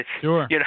sure